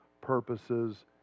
purposes